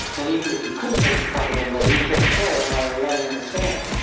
and even if you could take the trumpet in there, you can't play it while you're lying in the scanner.